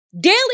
Daily